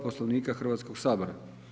Poslovnika Hrvatskog sabora.